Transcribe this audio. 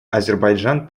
азербайджан